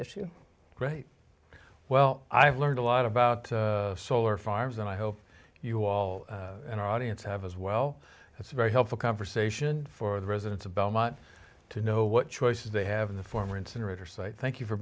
issue right well i've learned a lot about solar farms and i hope you all in our audience have as well it's very helpful conversation for the residents of belmont to know what choices they have the former incinerator site thank you for